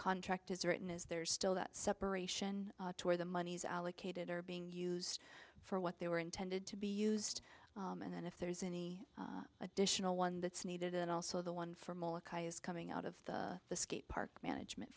contract is written is there's still that separation where the monies allocated are being used for what they were intended to be used and then if there's any additional one that's needed and also the one from coming out of the skate park management